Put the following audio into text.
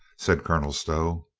said colonel stow.